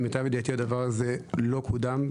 למיטב ידיעתי, הדבר הזה לא קודם.